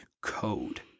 code